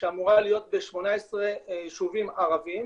שאמורה להיות ב-18 יישובים ערביים